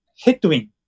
headwind